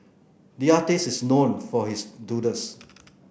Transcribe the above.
the artist is known for his doodles